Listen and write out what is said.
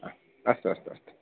अस्तु अस्तु अस्तु